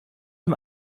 dem